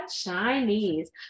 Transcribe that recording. Chinese